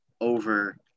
over